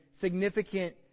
significant